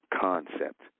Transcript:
concept